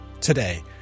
Today